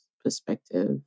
perspective